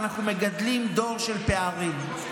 אנחנו מגדלים דור של פערים.